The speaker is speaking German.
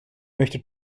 möchte